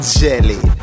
jelly